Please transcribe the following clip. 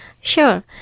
Sure